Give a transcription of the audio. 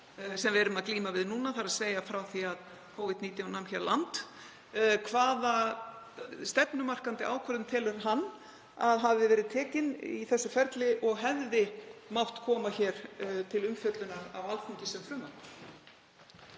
sem við erum að glíma við núna, þ.e. frá því að Covid-19 nam hér land. Hvaða stefnumarkandi ákvörðun telur hann að hafi verið tekin í þessu ferli og hefði mátt koma hér til umfjöllunar á Alþingi sem frumvarp?